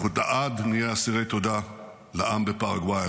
אנחנו לעד נהיה אסירי תודה על כך לעם בפרגוואי.